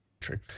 True